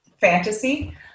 fantasy